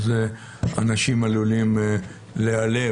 אנשים עלולים להיעלב.